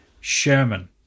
Sherman